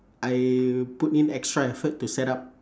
I put in extra effort to set up